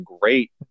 great